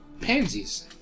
pansies